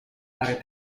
aree